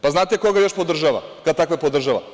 Pa znate koga još podržava, kad takve podržava?